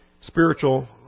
spiritual